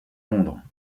londres